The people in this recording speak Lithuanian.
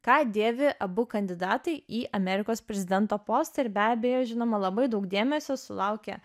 ką dėvi abu kandidatai į amerikos prezidento postą ir be abejo žinoma labai daug dėmesio sulaukė